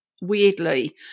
weirdly